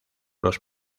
los